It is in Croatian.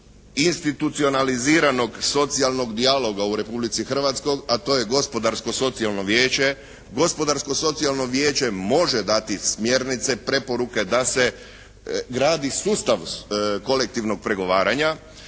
institucionaliziranog socijalnog dijaloga u Republici Hrvatskoj, a to je Gospodarsko socijalno vijeće. Gospodarsko socijalno vijeće može dati smjernice, preporuke da se gradi sustav kolektivnog pregovaranja